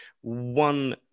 one